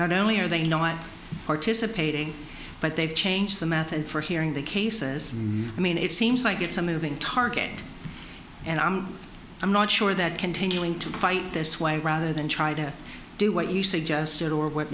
not only are they no i participating but they've changed the matter for hearing the cases i mean it seems like it's a moving target and i'm not sure that continuing to fight this way rather than try to do what you suggested or what